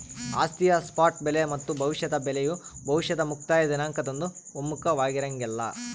ಆಸ್ತಿಯ ಸ್ಪಾಟ್ ಬೆಲೆ ಮತ್ತು ಭವಿಷ್ಯದ ಬೆಲೆಯು ಭವಿಷ್ಯದ ಮುಕ್ತಾಯ ದಿನಾಂಕದಂದು ಒಮ್ಮುಖವಾಗಿರಂಗಿಲ್ಲ